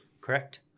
Correct